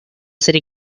city